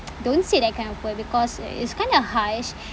don't say that kind of word because i~ it's kind of harsh